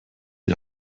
die